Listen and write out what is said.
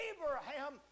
Abraham